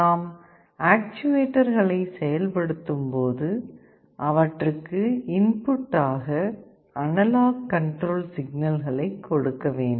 நாம் ஆக்ச்சுவேடர்களை செயல்படுத்தும்போது அவற்றுக்கு இன்புட் ஆக அனலாக் கண்ட்ரோல் சிக்னல்களை கொடுக்க வேண்டும்